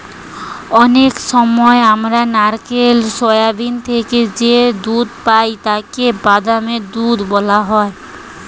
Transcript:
অনেক সময় আমরা নারকেল, সোয়াবিন থেকে যে দুধ পাই তাকে বাদাম দুধ বলা হয়